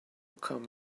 come